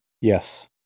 Yes